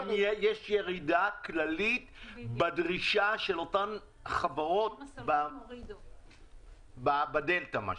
ירידה כללית בדרישה של אותן חברות במה שנקרא דלתה.